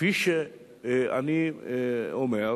כפי שאני אומר,